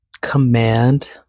command